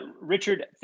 Richard